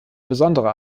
besondere